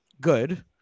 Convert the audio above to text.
Good